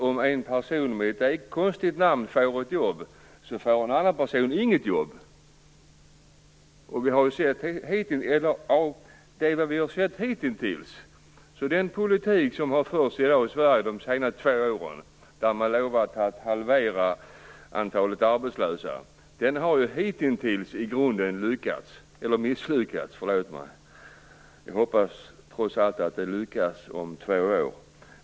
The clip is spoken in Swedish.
Om en person med ett konstigt namn får ett jobb, får ju en person med ett annat namn inget jobb. Det vi har sett hitintills är att den politik som har förts i Sverige de senaste två åren, där man lovat att halvera antalet arbetslösa, i grunden har misslyckats. Jag hoppas trots allt att det skall lyckas om två år.